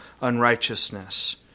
unrighteousness